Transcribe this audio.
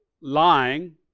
lying